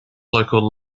local